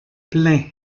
pleins